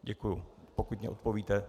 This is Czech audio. Děkuji, pokud mi odpovíte.